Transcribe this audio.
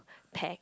pack